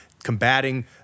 Combating